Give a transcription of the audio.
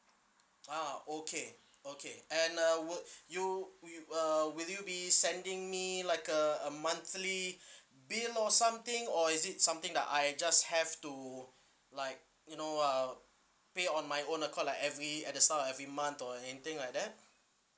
ah okay okay and uh would you you uh will you be sending me like a uh monthly bill or something or is it something that I just have to like you know uh pay on my own account like every at the start of every month or anything like that